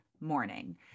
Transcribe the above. morning